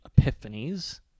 epiphanies